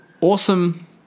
awesome